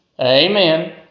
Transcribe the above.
Amen